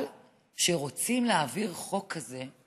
אבל כשרוצים להעביר חוק כזה,